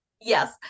Yes